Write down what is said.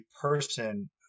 person